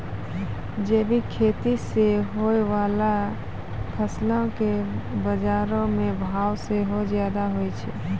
जैविक खेती से होय बाला फसलो के बजारो मे भाव सेहो ज्यादा होय छै